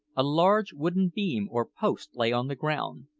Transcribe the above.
a large wooden beam or post lay on the ground,